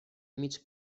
mig